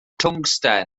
twngsten